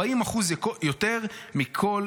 זה 40% יותר מכלל